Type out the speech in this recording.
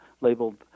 labeled